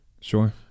Sure